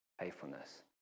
faithfulness